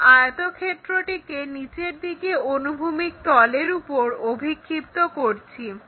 আমরা আয়তক্ষেত্রটিকে নিচের দিকে অনুভূমিক তলের উপর অভিক্ষিপ্ত করছি